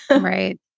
Right